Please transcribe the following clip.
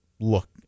look